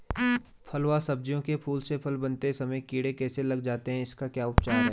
फ़ल व सब्जियों के फूल से फल बनते समय कीड़े कैसे लग जाते हैं इसका क्या उपचार है?